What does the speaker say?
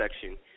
section